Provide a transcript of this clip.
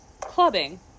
clubbing